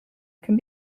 can